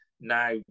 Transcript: Now